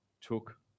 took